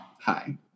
Hi